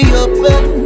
open